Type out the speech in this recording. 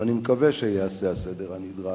ואני מקווה שייעשה הסדר הנדרש,